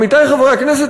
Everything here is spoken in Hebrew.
עמיתי חברי הכנסת,